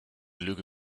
lüge